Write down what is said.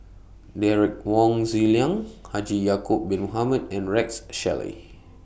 Derek Wong Zi Liang Haji Ya'Acob Bin Mohamed and Rex Shelley